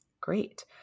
Great